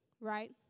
right